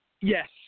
Yes